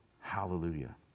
Hallelujah